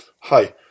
Hi